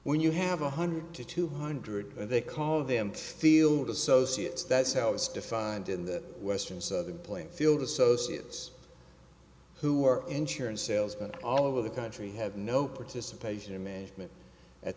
when you have a hundred to two hundred they call them field associates that's how it's defined in the questions of the playing field associates who are insurance salesman all over the country have no participation in management at